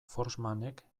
forssmanek